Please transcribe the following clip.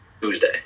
Tuesday